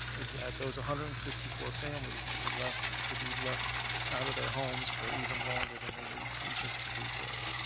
is that those one hundred and sixty four families could be left could be left out of their homes for even longer than they need to just to rebuild.